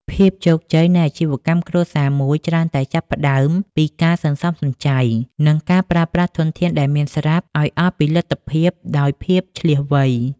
ភាពជោគជ័យនៃអាជីវកម្មគ្រួសារមួយ ច្រើនតែចាប់ផ្ដើមពីការសន្សំសំចៃ និងការប្រើប្រាស់ធនធានដែលមានស្រាប់ឱ្យអស់ពីលទ្ធភាពដោយភាពឈ្លាសវៃ។